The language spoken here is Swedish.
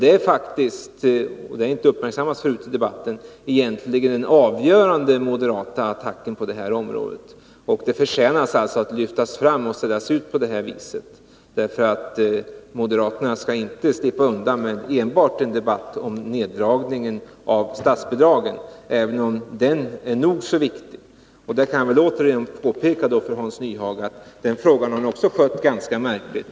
Det är faktiskt — och det har inte uppmärksammats förut i debatten — egentligen den avgörande moderata attacken på detta område. Den förtjänar alltså att lyftas fram och ställas ut på det här viset. Moderaterna skall inte slippa undan med enbart en debatt om neddragningen av statsbidragen, även om detta är nog så viktigt. Där kan jag återigen påpeka för Hans Nyhage att ni skött även den frågan ganska märkligt.